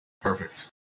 Perfect